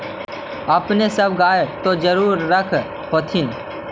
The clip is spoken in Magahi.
अपने सब गाय तो जरुरे रख होत्थिन?